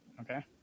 Okay